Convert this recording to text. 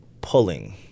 pulling